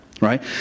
Right